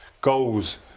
goals